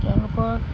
তেওঁলোকৰ